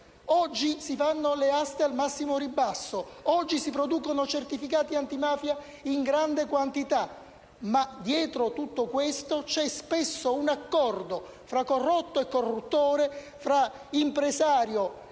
Oggi si fanno le aste al massimo ribasso. Oggi si producono certificati antimafia in grande quantità, ma dietro tutto questo c'è spesso un accordo tra corrotto e corruttore, tra impresario